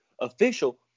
official